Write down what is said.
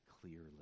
clearly